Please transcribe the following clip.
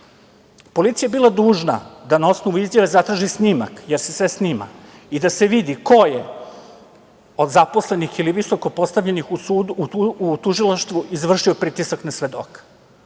Policija je bila dužna da na osnovu izjave zatraži snimak, jer se sve snima i da se vidi ko je od zaposlenih ili visoko postavljenih u tužilaštvu izvršio pritisak na svedoka.